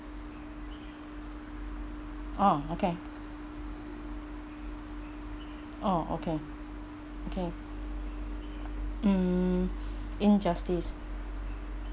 ah okay oh okay okay mm injustice